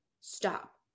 stop